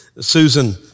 Susan